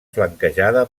flanquejada